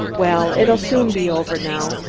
well, it'll soon be over now.